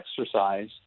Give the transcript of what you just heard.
exercise